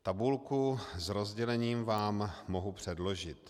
Tabulku s rozdělením vám mohu předložit.